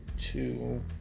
two